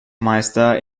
meister